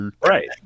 right